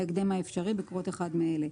בהקדם האפשרי, בקרות אחד מאלה: